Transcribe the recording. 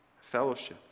fellowship